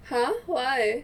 !huh! why